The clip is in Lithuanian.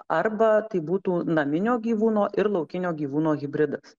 arba tai būtų naminio gyvūno ir laukinio gyvūno hibridas